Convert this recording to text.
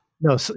No